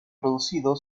producido